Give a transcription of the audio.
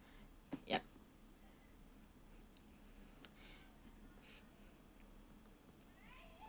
yup